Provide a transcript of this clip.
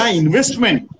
investment